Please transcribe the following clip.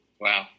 wow